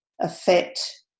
affect